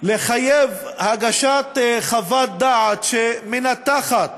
לחייב הגשת חוות דעת שמנתחת